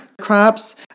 crops